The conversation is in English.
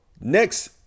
next